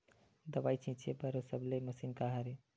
दवाई छिंचे बर सबले मशीन का हरे?